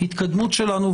התקדמות שלנו.